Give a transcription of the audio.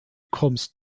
kommst